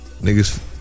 niggas